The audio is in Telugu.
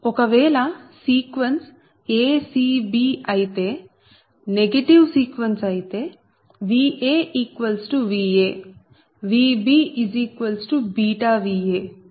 ఒకవేళ సీక్వెన్స్ a c b అయితే నెగటివ్ సీక్వెన్స్ అయితే VaVa VbβVa మరియుVc2Va